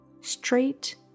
straight